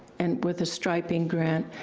and with the striping grant.